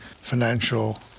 financial